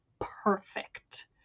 perfect